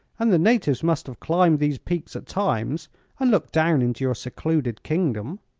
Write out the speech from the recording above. and the natives must have climbed these peaks at times and looked down into your secluded kingdom.